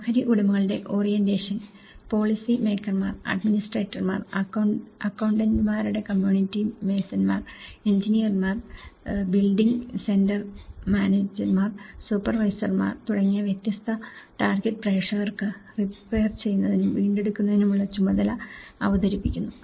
ഓഹരി ഉടമകളുടെ orientation policy മേക്കർമാർ അഡ്മിനിസ്ട്രേറ്റർമാർ അക്കൌണ്ടന്റുമാരുടെ കമ്മ്യൂണിറ്റി മേസൺമാർ എഞ്ചിനീയർമാർ ബിൽഡിംഗ് സെന്റർ മാനേജർമാർ സൂപ്പർവൈസർമാർ തുടങ്ങിയ വ്യത്യസ്ത ടാർഗെറ്റ് പ്രേക്ഷകർക്ക് റിപ്പയർ ചെയ്യുന്നതിനും വീണ്ടെടുക്കുന്നതിനുമുള്ള ചുമതല അവതരിപ്പിക്കുന്നു